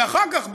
ואחר כך,